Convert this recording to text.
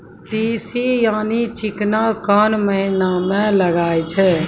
तीसी यानि चिकना कोन महिना म लगाय छै?